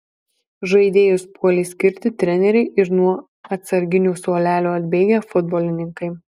žaidėjus puolė skirti treneriai ir nuo atsarginių suolelio atbėgę futbolininkai